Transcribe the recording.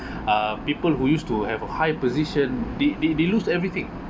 uh people who used to have a high position they they they lose everything